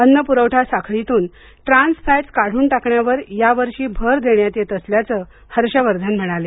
अन्न पुरवठा साखळीतून ट्रान्स फॅट्स काढून टाकण्यावर या वर्षी भर देण्यात येत असल्याचं हर्ष वर्धन म्हणाले